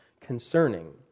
concerning